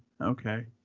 Okay